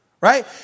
right